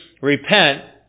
repent